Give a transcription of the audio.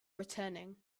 returning